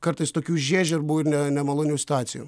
kartais tokių žiežirbų ir ne nemalonių situacijų